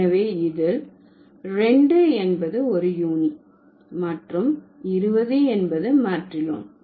எனவே இதில் 2 என்பது ஒரு யூனி மற்றும் 20 என்பது மேற்றிலோன்